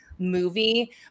movie